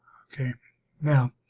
okay now